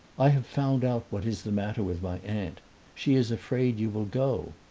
i have found out what is the matter with my aunt she is afraid you will go!